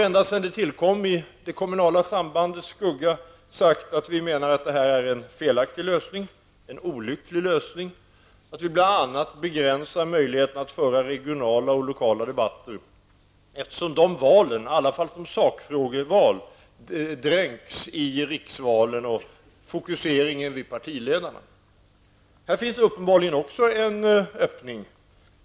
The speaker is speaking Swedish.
Ända sedan den tillkom i det kommunala sambandets skugga har vi sagt att vi anser den gemensamma valdagen vara en felaktig lösning. Det är en olycklig lösning bl.a. därför att den begränsar möjligheten att föra regionala och lokala debatter, eftersom landstings och kommunalvalen, i alla fall som sakfrågeval, dränks i riksvalen och fokuseringen vid partiledarna. Här finns uppenbarligen också en öppning.